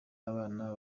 abana